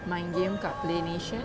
mind game kat play nation